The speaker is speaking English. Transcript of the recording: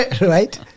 Right